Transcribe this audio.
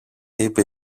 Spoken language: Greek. είπε